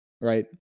Right